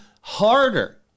harder